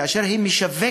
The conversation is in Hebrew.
כאשר היא משווקת,